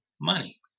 money